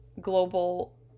global